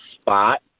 spot